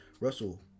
Russell